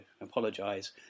apologise